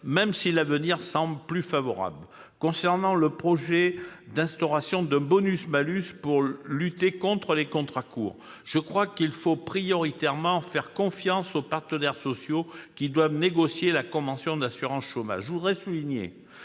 même si l'avenir semble plus favorable. Concernant le projet d'instauration d'un bonus-malus pour lutter contre les contrats courts, il faut prioritairement faire confiance aux partenaires sociaux, qui doivent négocier la convention d'assurance chômage. Je voudrais souligner